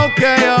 Okay